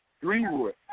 Greenwood